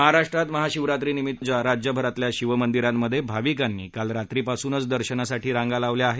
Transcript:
महाराष्ट्रात महाशिवरात्रीनिमित्त राज्यभरातल्या शिवमंदिरांमध्ये भाविकांनी काल रात्रीपासूनच दर्शनासाठी रांगा लावल्या आहेत